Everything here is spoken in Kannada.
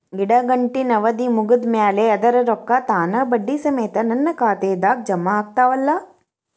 ಇಡಗಂಟಿನ್ ಅವಧಿ ಮುಗದ್ ಮ್ಯಾಲೆ ಅದರ ರೊಕ್ಕಾ ತಾನ ಬಡ್ಡಿ ಸಮೇತ ನನ್ನ ಖಾತೆದಾಗ್ ಜಮಾ ಆಗ್ತಾವ್ ಅಲಾ?